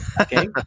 Okay